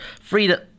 freedom